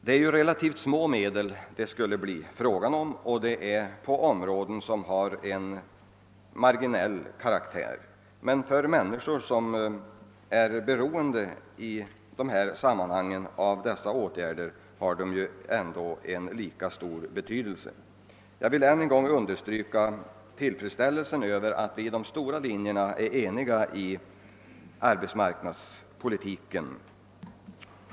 Det gäller relativt små medel på områden som har en marginell karaktär, men för människor som är beroende av dessa åtgärder har de ändå en lika stor betydelse. Jag vill ännu en gång understryka att vi i fråga om de stora linjerna är eniga beträffande <arbetsmarknadspolitiken.